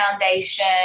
Foundation